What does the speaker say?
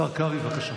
השר קרעי, בבקשה.